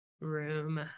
room